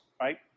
right